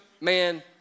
man